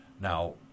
Now